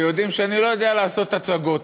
ויודעים שאני לא יודע לעשות הצגות.